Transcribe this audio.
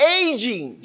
aging